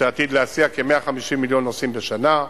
שעתיד להסיע כ-150 מיליון נוסעים בשנה.